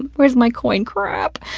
where's my coin? crap!